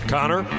Connor